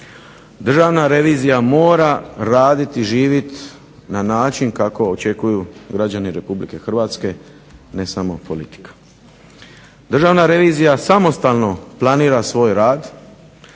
Državna revizija mora raditi i živit na način kako očekuju građani Republike Hrvatske, ne samo politika. Državna revizija samostalno planira svoj rad,